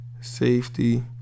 Safety